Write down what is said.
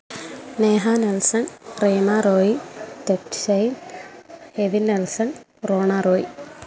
Neha Nelson Prema Roy Dibson Eby Nelson Rona Roy